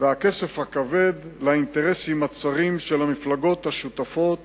והכסף הכבד לאינטרסים הצרים של המפלגות השותפות